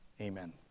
Amen